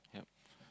yup